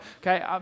okay